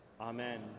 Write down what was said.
Amen